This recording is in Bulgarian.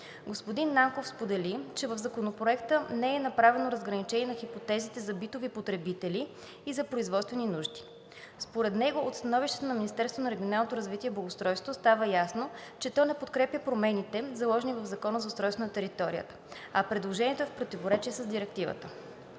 Господин Нанков сподели, че в Законопроекта не е направено разграничение на хипотезите за битови потребители и за производствени нужди. Според него от становището на Министерството на регионалното развитие и благоустройството става ясно, че то не подкрепя промените, предложени в Закона за устройство на територията, а предложението е и в противоречие с Директивата.